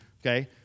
Okay